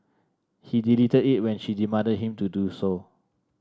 he deleted it when she demanded him to do so